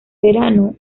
verano